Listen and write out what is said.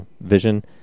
vision